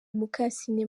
mukasine